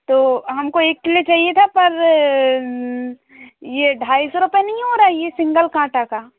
तो हमको एक किलो चाहिए था पर यह ढाई सौ रुपये नहीं हो रहे है यह सिन्गल कांटा का